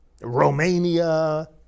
Romania